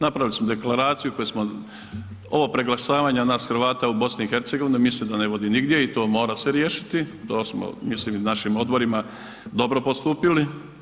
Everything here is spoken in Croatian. Napravili smo deklaraciju koju smo, ovo preglasavanja nas Hrvata u Bosni i Hercegovini, mislim da ne vodi nigdje i to mora se riješiti, to smo mislim i na našim odborima dobro postupili.